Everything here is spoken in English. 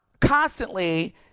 constantly